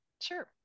Sure